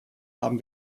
haben